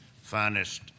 finest